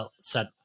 set